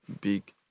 big